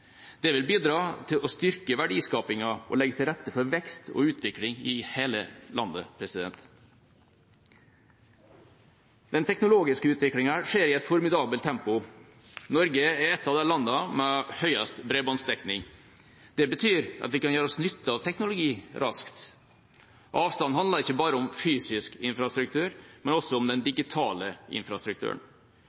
Det vil bidra til å styrke verdiskapingen og legge til rette for vekst og utvikling i hele landet. Den teknologiske utviklingen skjer i et formidabelt tempo. Norge er et av landene med høyest bredbåndsdekning. Det betyr at vi kan gjøre oss nytte av teknologi raskt. Avstand handler ikke bare om fysisk infrastruktur, men også om den digitale infrastrukturen.